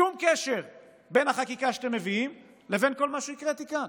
שום קשר בין החקיקה שאתם מביאים לבין כל מה שהקראתי כאן,